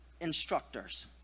instructors